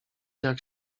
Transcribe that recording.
jak